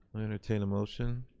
i entertain a motion.